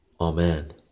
Amen